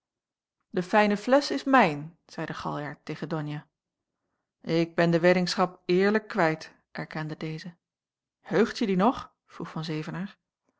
de fijne flesch is mijn zeide galjart tegen donia ik ben de weddingschap eerlijk kwijt erkende deze heugt je die nog vroeg van zevenaer